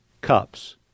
cups